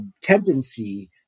tendency